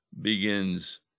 begins